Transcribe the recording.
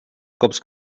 cops